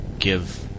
give